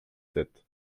sept